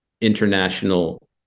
international